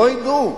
לא ידעו.